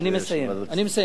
אני מסיים, אני מסיים.